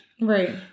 Right